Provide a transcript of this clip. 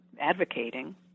advocating